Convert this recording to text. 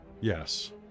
Yes